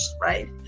right